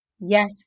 Yes